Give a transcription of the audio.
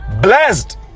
Blessed